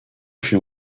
fut